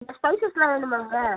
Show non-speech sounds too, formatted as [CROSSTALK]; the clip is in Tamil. இந்த [UNINTELLIGIBLE] வேணுமாங்க